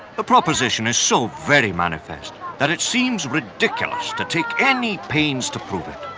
the proposition is so very manifest that it seems ridiculous to take any pains to prove it.